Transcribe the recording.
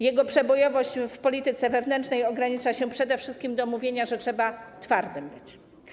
Jego przebojowość w polityce wewnętrznej ogranicza się przede wszystkim do mówienia, że trzeba twardym być.